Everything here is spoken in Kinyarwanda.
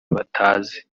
batazi